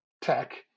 tech